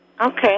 Okay